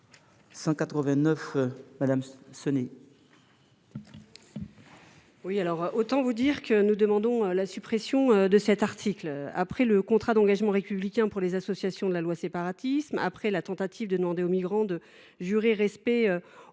189 rectifié. Autant vous dire que nous demandons la suppression de cet article ! Après le contrat d’engagement républicain pour les associations de la loi Séparatisme, après la tentative de demander aux migrants de jurer respect aux lois